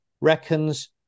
reckons